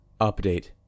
Update